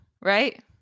right